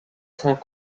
saint